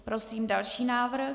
Prosím další návrh.